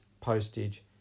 postage